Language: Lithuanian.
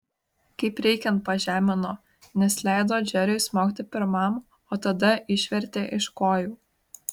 kaip reikiant pažemino nes leido džeriui smogti pirmam o tada išvertė iš kojų